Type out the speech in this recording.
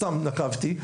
סתם נקבתי,